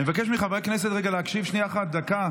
אני מבקש מחברי הכנסת רגע להקשיב, שנייה אחת, דקה